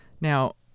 Now